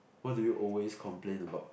what do you always complain about